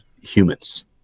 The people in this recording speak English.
humans